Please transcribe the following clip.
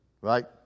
Right